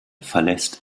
verlässt